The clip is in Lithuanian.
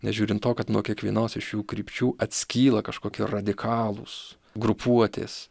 nežiūrint to kad nuo kiekvienos iš šių krypčių atskyla kažkokio radikalūs grupuotės